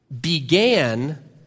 began